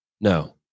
no